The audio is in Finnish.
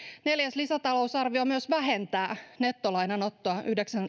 neljäs lisätalousarvio myös vähentää nettolainanottoa